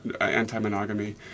anti-monogamy